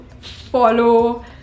follow